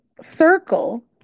circle